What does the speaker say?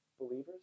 believers